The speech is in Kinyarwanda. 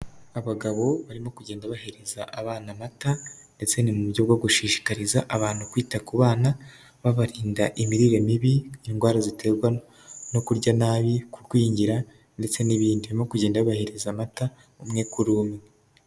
Abagabo barimo kugenda bahereza abana amata ndetse ni mu buryo bwo gushishikariza abantu kwita ku bana, babarinda imirire mibi, indwara ziterwa no kurya nabi, kurwingira ndetse n'ibindi. Barimo kugenda babahereza amata umwe kuri umwe.